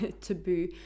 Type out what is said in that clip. taboo